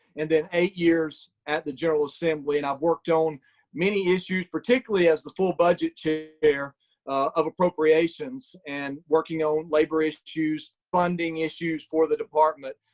and then eight years at the general assembly. and i've worked on many issues, particularly as the full budget chair of appropriations, and working on labor issues, funding issues for the department.